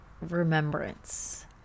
remembrance